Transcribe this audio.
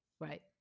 Right